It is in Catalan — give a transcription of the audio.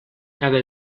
cada